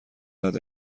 دهد